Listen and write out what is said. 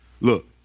Look